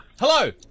Hello